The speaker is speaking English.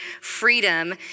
freedom